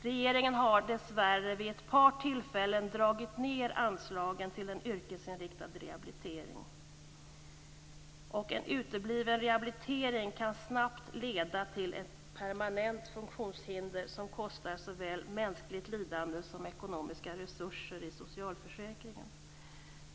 Regeringen har dessvärre vid ett par tillfällen dragit ned anslagen till en yrkesinriktad rehabilitering, och en utebliven rehabilitering kan snabbt leda till ett permanent funktionshinder som kostar såväl mänskligt lidande som ekonomiska resurser i socialförsäkringen.